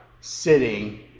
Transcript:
sitting